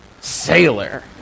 sailor